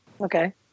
okay